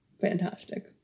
fantastic